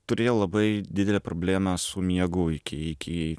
turėjau labai didelę problemą su miegu iki iki